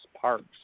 parks